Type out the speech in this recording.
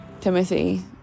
Timothy